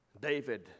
David